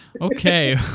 Okay